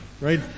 right